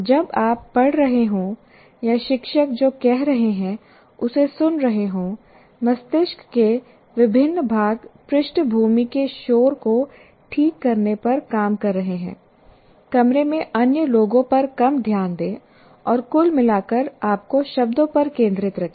जब आप पढ़ रहे हों या शिक्षक जो कह रहे हैं उसे सुन रहे हों मस्तिष्क के विभिन्न भाग पृष्ठभूमि के शोर को ठीक करने पर काम कर रहे हैं कमरे में अन्य लोगों पर कम ध्यान दें और कुल मिलाकर आपको शब्दों पर केंद्रित रखें